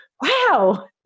wow